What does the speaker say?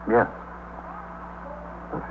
Yes